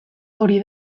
hori